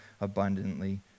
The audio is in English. abundantly